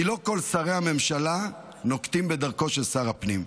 כי לא כל שרי הממשלה נוקטים את דרכו של שר הפנים.